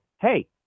Hey